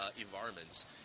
environments